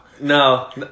No